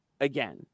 again